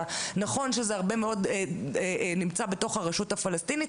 ונכון שהרבה מאוד נמצא בתוך הרשות הפלסטינית,